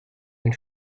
une